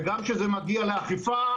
וגם כשזה מגיע לאכיפה,